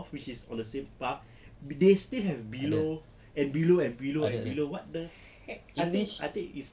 which is on the same path they still have below and below and below ada below what the heck I think I think it's